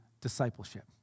discipleship